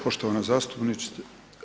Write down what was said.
Poštovana zastupnice.